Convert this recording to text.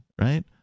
right